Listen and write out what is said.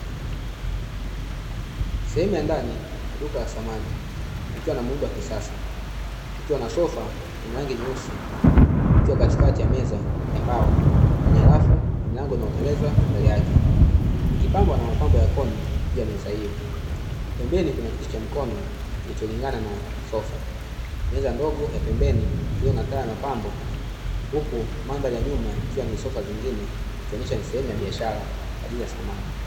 Sehemu ya ndani ya Duka la samani ikiwa na muundo wa kisasa kukiwa na sofa lenye rangi nyeusi ikiwa katikati ya meza iliyotengenezwa kwa mbao, yenye rafu na milango inayoteleza mbele yake ikipambwa na mapambo ya koni juu ya meza hiyo pembeni kuna kiti cha mkono kilicholingana na sofa meza ndogo ya pembeni iliyo na taa na pambo huku madhari ya nyuma ikiwa ni sofa nyingine ikionyesha ni sehemu ya biashara kwa ajili ya samani.